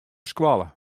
skoalle